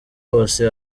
hose